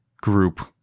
group